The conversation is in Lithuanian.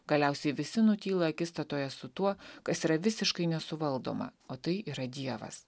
galiausiai visi nutyla akistatoje su tuo kas yra visiškai nesuvaldoma o tai yra dievas